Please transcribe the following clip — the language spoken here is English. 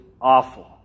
awful